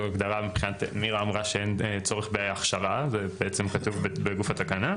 מירה אמרה שאין צורך בהכשרה, זה כתוב בגוף התקנה.